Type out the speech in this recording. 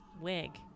wig